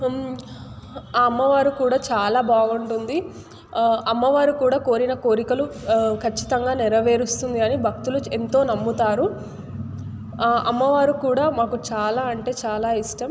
ఆ అమ్మవారు కూడా చాలా బాగుంటుంది అమ్మవారు కూడా కోరిన కోరికలు కచ్చితంగా నెరవేరుస్తుంది అని భక్తులు ఎంతో నమ్ముతారు అమ్మవారు కూడా మాకు చాలా అంటే చాలా ఇష్టం